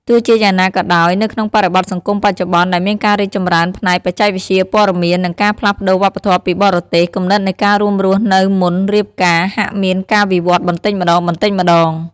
ទោះជាយ៉ាងណាក៏ដោយ នៅក្នុងបរិបទសង្គមបច្ចុប្បន្នដែលមានការរីកចម្រើនផ្នែកបច្ចេកវិទ្យា ព័ត៌មាន និងការផ្លាស់ប្តូរវប្បធម៌ពីបរទេស គំនិតនៃការរួមរស់នៅមុនរៀបការហាក់មានការវិវត្តបន្តិចម្ដងៗ។